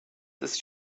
ist